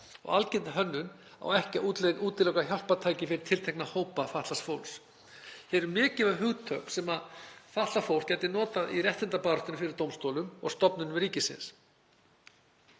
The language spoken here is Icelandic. og algild hönnun á ekki að útiloka hjálpartæki fyrir tiltekna hópa fatlaðs fólks. Hér eru mikilvæg hugtök sem fatlað fólk gæti notað í réttindabaráttunni fyrir dómstólum og stofnunum ríkisins.